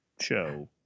show